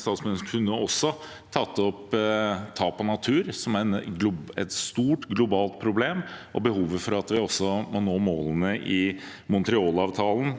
Statsministeren kunne også tatt opp tap av natur, som er et stort globalt problem, og behovet for at vi må nå målene i Montrealavtalen